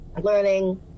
learning